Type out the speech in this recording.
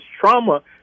trauma